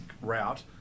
route